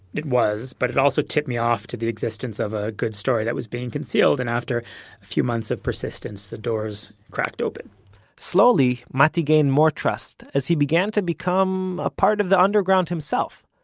it was but it also tipped me off to the existence of a good story that was being concealed and after a few months of persistence the doors cracked open slowly matti gained more trust as he began to become a part of the underground himself.